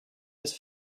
his